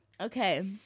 okay